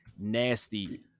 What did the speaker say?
nasty